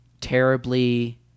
terribly